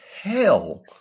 hell